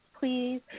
please